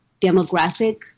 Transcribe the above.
demographic